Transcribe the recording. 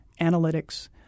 analytics –